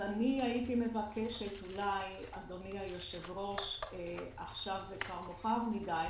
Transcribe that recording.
אני הייתי מבקשת אולי אדוני היושב ראש עכשיו זה כבר מאוחר מדי